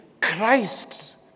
Christ